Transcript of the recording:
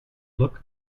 look